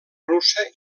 russa